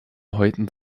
häuten